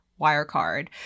Wirecard